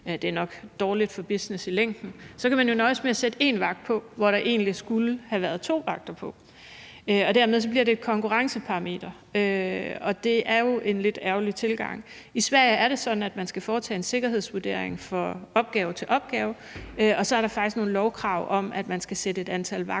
det er nok dårligt for business i længden – så kan man jo nøjes med at sætte én vagt på, hvor der egentlig skulle have været to vagter på. Og dermed bliver det et konkurrenceparameter, og det er jo en lidt ærgerlig tilgang. I Sverige er det sådan, at man skal foretage en sikkerhedsvurdering fra opgave til opgave, og så er der faktisk nogle lovkrav om, at man skal sætte et antal vagter på